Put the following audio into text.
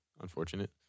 unfortunate